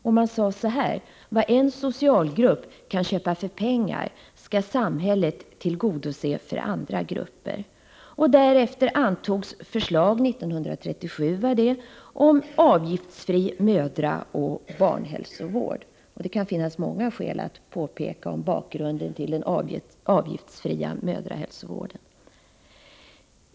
Och man sade: ”Vad en socialgrupp kan köpa för pengar skall samhället tillgodose för andra grupper.” Därefter antogs förslag — det var 1937 — om avgiftsfri mödraoch barnhälsovård. Det kan finnas många skäl att peka på bakgrunden till den avgiftsfria mödrahälsovården.